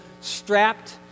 strapped